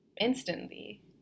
instantly